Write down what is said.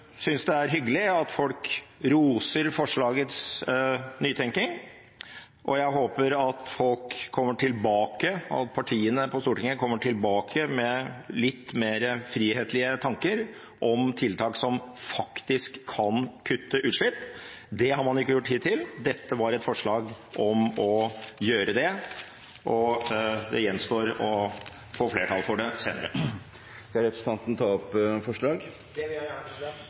håper at partiene på Stortinget kommer tilbake med litt mer frihetlige tanker om tiltak som faktisk kan kutte utslipp. Det har man ikke gjort hittil, dette var et forslag om å gjøre det. Det gjenstår å få flertall for det senere. Jeg tar så opp forslagene vi har sammen med SV. Da har representanten Rasmus Hansson tatt opp